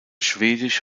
schwedisch